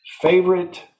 Favorite